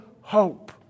hope